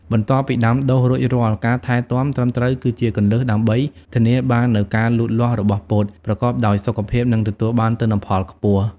បន្ទាប់ពីដាំដុះរួចរាល់ ការថែទាំត្រឹមត្រូវគឺជាគន្លឹះដើម្បីធានាបាននូវការលូតលាស់របស់ពោតប្រកបដោយសុខភាព និងទទួលបានទិន្នផលខ្ពស់។